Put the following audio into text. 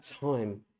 time